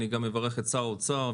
אני גם מברך את שר האוצר.